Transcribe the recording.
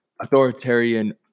authoritarian